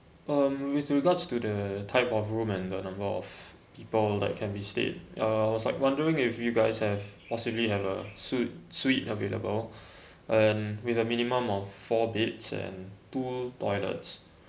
um with regards to the type of room and the number of people that can be stayed uh was like wondering if you guys have possibly have a suit suite available and with a minimum of four beds and two toilets